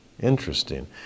Interesting